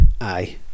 Aye